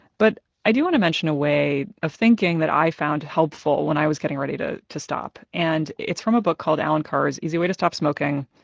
but i do want to mention a way of thinking that i found helpful when i was getting ready to to stop, and it's from a book called allen carr's easy way to stop smoking.